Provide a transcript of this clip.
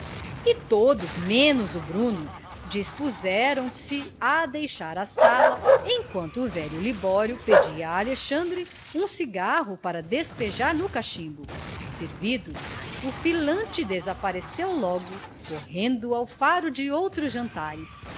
e todos menos o bruno dispuseram-se a deixar a sala enquanto o velho libório pedia a alexandre um cigarro para despejar no cachimbo servido o filante desapareceu logo correndo ao faro de outros jantares